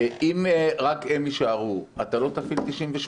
אם רק הם יישארו אתה לא תפעיל 98?